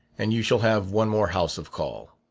and you shall have one more house of call.